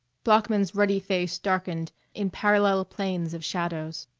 bloeckman's ruddy face darkened in parallel planes of shadows.